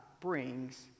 brings